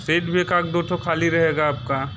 seat भी एकआध दो तो ख़ाली रहेगी आपकी